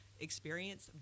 experience